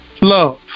Love